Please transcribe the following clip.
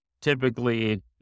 typically